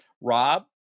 Rob